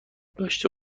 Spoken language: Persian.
داشته